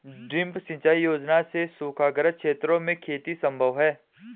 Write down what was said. drip सिंचाई योजना से सूखाग्रस्त क्षेत्र में खेती सम्भव है